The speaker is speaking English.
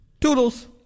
Toodles